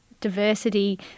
diversity